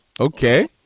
Okay